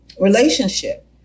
relationship